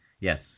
Yes